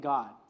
God